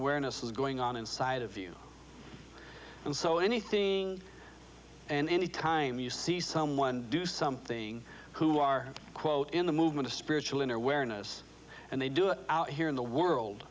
wareness is going on inside of you and so anything and anytime you see someone do something who are quote in the movement of spiritual inner awareness and they do it out here in the world